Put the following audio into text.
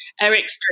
eric's